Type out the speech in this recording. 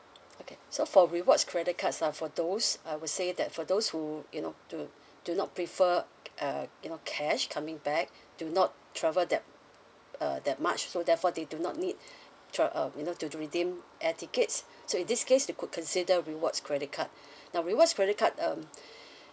okay so for rewards credit cards are for those I would say that for those who you know do do not prefer uh you know cash coming back do not travel that uh that much so therefore they do not need tra~ um you know to to redeem air tickets so in this case you could consider rewards credit card now rewards credit card um